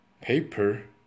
paper